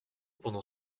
pendant